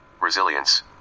resilience